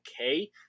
okay